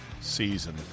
season